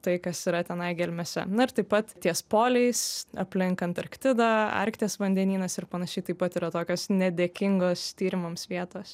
tai kas yra tenai gelmėse na ir taip pat ties poliais aplink antarktidą arkties vandenynas ir panašiai taip pat yra tokios nedėkingos tyrimams vietos